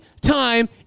time